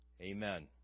Amen